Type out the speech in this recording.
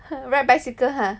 ha ride bicyle ha